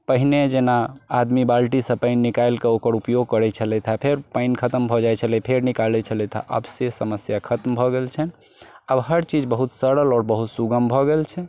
पहिने जेना आदमी बाल्टीसँ पानि निकालि कऽ ओकर उपयोग करैत छलथि फेर पानि खतम भऽ जाइ छलै फेर निकालै छलथि आब से समस्या खत्म भऽ गेल छनि आब हर चीज बहुत सरल आओर बहुत सुगम भऽ गेल छै